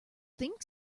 think